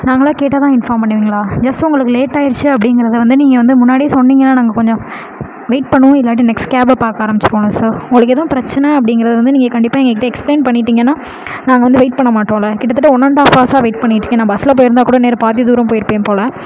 நாங்களா கேட்டால்தான் இன்ஃபார்ம் பண்ணுவிங்களா ஜஸ்ட்டு உங்களுக்கு லேட்டாயிருச்சு அப்படிங்கிறத வந்து நீங்கள் வந்து முன்னாடியே சொன்னிங்கன்னா நாங்க கொஞ்சம் வெயிட் பண்ணுவோம் இல்லாட்டி நெக்ஸ்ட் கேபை பார்க்க ஆரம்மிச்சிருவோம்ல சார் உங்களுக்கு எதுவும் பிரச்சனை அப்படிங்கிறத வந்து நீங்கள் கண்டிப்பாக எங்கள்கிட்ட எக்ஸ்பிளைன் பண்ணிட்டிங்கன்னா நாங்கள் வந்து வெயிட் பண்ண மாட்டோம்ல கிட்டத்தட்ட ஒன் அண்ட் ஆஃப் ஹார்ஸாக வெயிட் பண்ணிக்கிட்யிருக்கேன் நான் பஸ்ஸில் போயிருந்தாக்கூட இந்தநேரம் பாதி தூரம் போயிருப்பேன் போல்